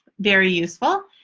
very useful.